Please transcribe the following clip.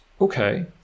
okay